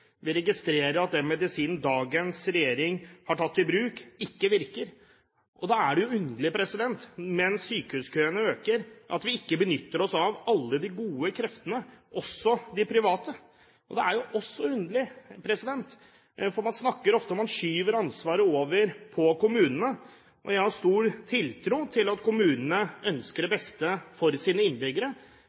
Vi registrerer at den medisinen dagens regjering har tatt i bruk, ikke virker. Da er det jo underlig at mens sykehuskøene øker, benytter vi oss ikke av alle de gode kreftene, også de private. Det er også underlig at man ofte skyver ansvaret over på kommunene. Jeg har stor tiltro til at kommunene ønsker det beste for sine innbyggere.